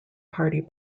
party